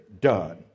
done